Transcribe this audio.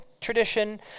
tradition